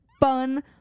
fun